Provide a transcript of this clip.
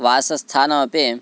वासस्थानमपि